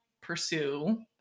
pursue